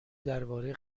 درباره